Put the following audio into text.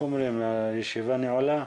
הישיבה נעולה.